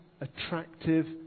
attractive